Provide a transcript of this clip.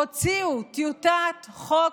הוציאו טיוטת חוק,